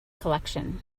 collection